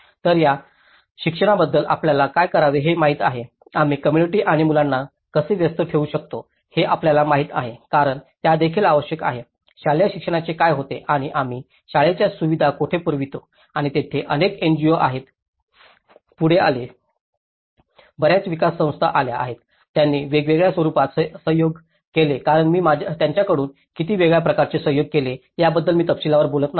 तर शिक्षणाबद्दल आपल्याला काय करावे हे माहित आहे आम्ही कोम्मुनिटी आणि मुलांना कसे व्यस्त ठेवू शकतो हे आपल्याला माहित आहे कारण त्या देखील आवश्यक आहेत शालेय शिक्षणाचे काय होते आणि आम्ही शाळेच्या सुविधा कोठे पुरवितो आणि येथेच अनेक एनजीओ आहेत पुढे आले बर्याच विकास संस्था आल्या आहेत त्यांनी वेगवेगळ्या स्वरूपात सहयोग केले कारण मी त्यांच्याकडून किती वेगळ्या प्रकारे सहयोग केले याबद्दल मी तपशीलवार बोलत नाही